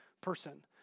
person